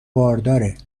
بارداره